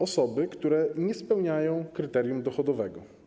Osoby, które nie spełniają kryterium dochodowego.